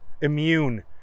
immune